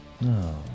No